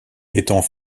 étant